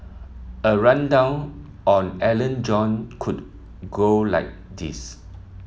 a rundown on Alan John could go like this